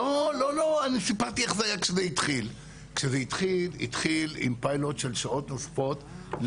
כשזה התחיל, התחיל עם פיילוט של שעות נוספות.